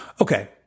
Okay